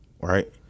right